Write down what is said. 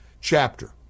chapter